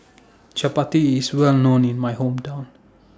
Chappati IS Well known in My Hometown